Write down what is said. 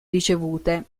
ricevute